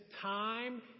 time